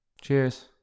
Cheers